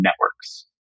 networks